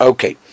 Okay